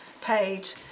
page